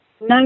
no